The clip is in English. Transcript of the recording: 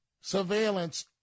surveillance